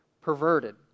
perverted